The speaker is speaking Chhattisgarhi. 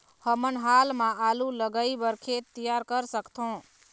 हमन हाल मा आलू लगाइ बर खेत तियार कर सकथों?